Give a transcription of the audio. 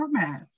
formats